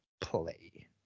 Play